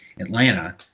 Atlanta